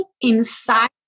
inside